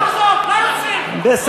אנחנו, לא רוצים.